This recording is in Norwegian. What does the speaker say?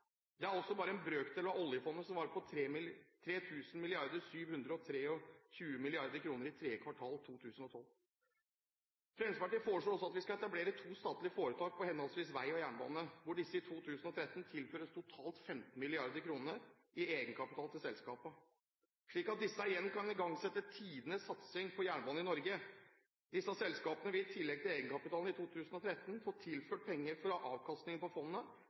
Det er også bare en brøkdel av oljefondet, som var på 3 723 mrd. kr i tredje kvartal 2012. Fremskrittspartiet foreslår også at vi skal etablere to statlige foretak for henholdsvis vei og jernbane, hvor disse i 2013 tilføres totalt 15 mrd. kr i egenkapital til selskapene, slik at disse igjen kan igangsette tidenes satsing på jernbane i Norge. Disse selskapene vil, i tillegg til egenkapitalen i 2013, få tilført penger fra avkastning på fondet,